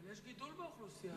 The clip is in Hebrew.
אבל יש גידול באוכלוסייה.